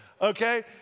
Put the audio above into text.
okay